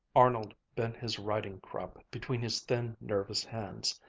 arnold bent his riding-crop between his thin, nervous hands.